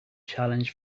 challenge